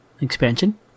expansion